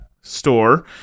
store